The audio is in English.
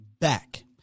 back